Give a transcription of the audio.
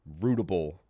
rootable